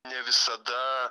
ne visada